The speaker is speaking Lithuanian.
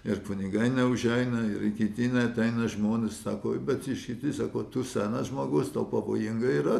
ir kunigai neužeina ir kiti neateina žmonės sako bet išeiti sako tu senas žmogus tau pavojinga yra